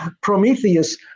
Prometheus